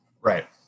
Right